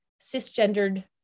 cisgendered